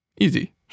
Easy